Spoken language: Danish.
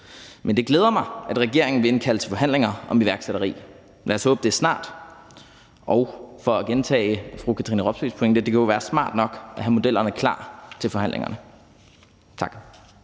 Men det glæder mig, at regeringen vil indkalde til forhandlinger om iværksætteri. Lad os håbe, det er snart. Og for at gentage fru Katrine Robsøes pointe vil jeg sige: Det kunne jo være smart nok at have modellerne klar til forhandlingerne. Tak.